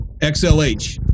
Xlh